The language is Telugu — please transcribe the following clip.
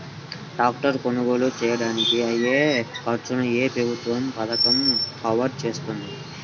ట్రాక్టర్ కొనుగోలు చేయడానికి అయ్యే ఖర్చును ఏ ప్రభుత్వ పథకం కవర్ చేస్తుంది?